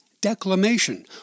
declamation